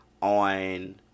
on